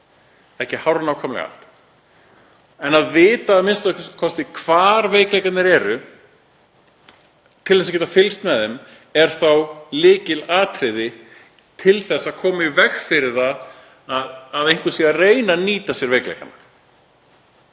ekki hárnákvæmlega allt. En að vita a.m.k. hvar veikleikarnir eru til þess að geta fylgst með þeim er lykilatriði til að koma í veg fyrir að einhver sé að reyna að nýta sér veikleikana.